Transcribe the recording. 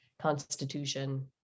Constitution